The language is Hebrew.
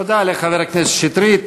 תודה לחבר הכנסת שטרית.